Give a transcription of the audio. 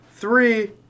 Three